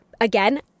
again